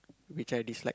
which I dislike